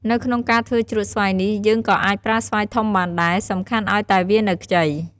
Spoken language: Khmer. នៅក្នុងការធ្វើជ្រក់ស្វាយនេះ យើងក៏អាចប្រើស្វាយធំបានដែរ សំខាន់ឱ្យតែវានៅខ្ចី។